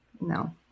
No